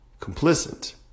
complicit